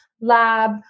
lab